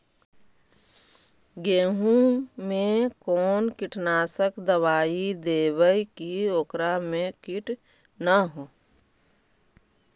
गेहूं में कोन कीटनाशक दबाइ देबै कि ओकरा मे किट न हो?